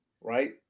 right